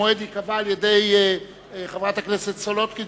המועד ייקבע על-ידי חברת הכנסת סולודקין,